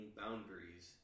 boundaries